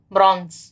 Bronze